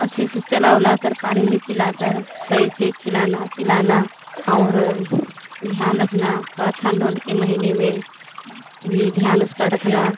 अच्छे से चला उला कर पानी उनी पिलाकर सही से खिलाना पिलाना और ध्यान रखना थोड़ा ठंड ओन्ढ के महीने में भी ध्यान उसका रखना